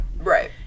Right